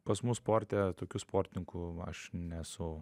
pas mus sporte tokių sportininkų aš nesu